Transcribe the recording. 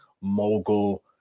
mogul